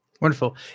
Wonderful